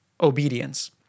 obedience